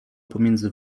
pomiędzy